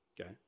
okay